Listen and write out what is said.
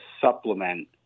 supplement